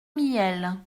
mihiel